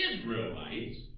Israelites